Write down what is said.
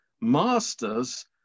masters